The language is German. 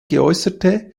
geäußerte